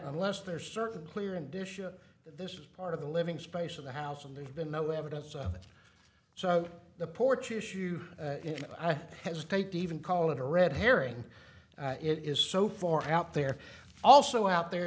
unless there are certain clear and disha that this is part of the living space of the house and there's been no evidence of it so the porch issue has take to even call it a red herring it is so far out there also out there